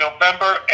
November